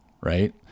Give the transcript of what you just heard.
right